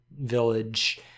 village